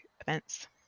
events